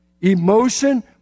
Emotion